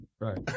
Right